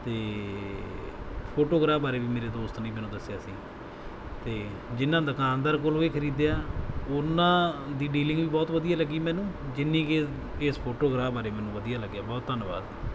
ਅਤੇ ਫੋਟੋਗਰਾ ਬਾਰੇ ਵੀ ਮੇਰੇ ਦੋਸਤ ਨੇ ਮੈਨੂੰ ਦੱਸਿਆ ਸੀ ਅਤੇ ਜਿਹਨਾਂ ਦੁਕਾਨਦਾਰ ਕੋਲੋਂ ਇਹ ਖਰੀਦਿਆ ਉਹਨਾਂ ਦੀ ਡੀਲਿੰਗ ਵੀ ਬਹੁਤ ਵਧੀਆ ਲੱਗੀ ਮੈਨੂੰ ਜਿੰਨੀ ਕਿ ਇਸ ਫੋਟੋਗਰਾ ਬਾਰੇ ਮੈਨੂੰ ਵਧੀਆ ਲੱਗਿਆ ਬਹੁਤ ਧੰਨਵਾਦ